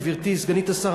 גברתי סגנית השר,